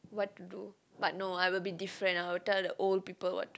what to do but no I will be different I will tell the old people what to